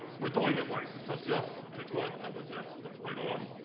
we're doing it right, he says, yes, okay, good. that was yes, that's right on.